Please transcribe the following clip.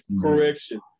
Correction